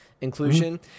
inclusion